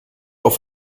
auf